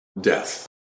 death